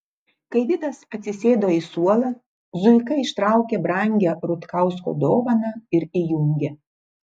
kai vidas atsisėdo į suolą zuika ištraukė brangią rutkausko dovaną ir įjungė